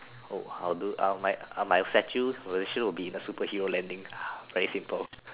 oh I'll do I my statue position would be a superhero landing very simple